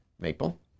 Maple